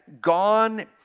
gone